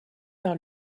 par